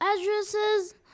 addresses